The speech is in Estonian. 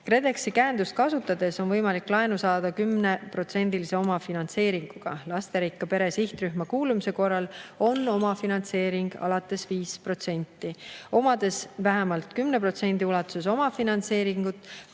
KredExi käendust kasutades on võimalik laenu saada 10%-lise omafinantseeringuga, lasterikka pere sihtrühma kuulumise korral on omafinantseering alates 5%. Omades vähemalt 10% ulatuses omafinantseeringut,